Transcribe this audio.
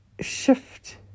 shift